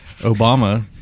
Obama